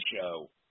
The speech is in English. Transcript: show